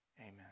Amen